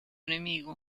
enemigo